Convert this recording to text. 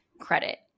credit